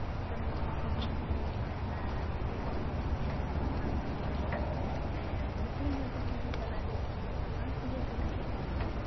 ᱛᱚ ᱩᱱᱠᱩ ᱫᱚᱠᱚ ᱢᱮᱱᱟ ᱡᱮ ᱥᱟᱥᱟᱝ ᱯᱤᱭᱳ ᱵᱟᱹᱦᱩ ᱠᱩᱲᱤ ᱧᱮᱞ ᱡᱚᱠᱷᱚᱱ ᱠᱚ ᱪᱟᱞᱟᱜᱼᱟ ᱡᱮ ᱥᱟᱥᱟᱝ ᱯᱤᱭᱳ ᱠᱚ ᱦᱮᱡ ᱠᱟᱱᱟ